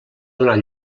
donar